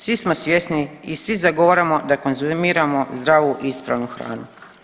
Svi smo svjesni i svi zagovaramo da konzumiramo zdravu i ispravnu hranu.